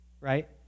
right